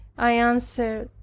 i answered,